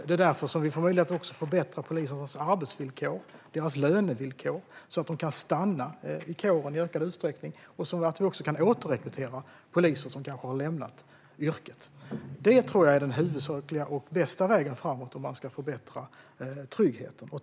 Det är därför som vi får möjlighet att förbättra polisernas arbetsvillkor och lönevillkor, så att de i ökad utsträckning kan stanna i kåren och så att vi också kan återrekrytera poliser som kanske har lämnat yrket. Det tror jag är den huvudsakliga och bästa vägen framåt om man ska förbättra tryggheten.